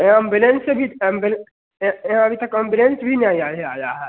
ambulance से भी अभी तक एम्बुलेंस भी नहीं आया आया है